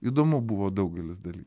įdomu buvo daugelis daly